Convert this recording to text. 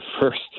first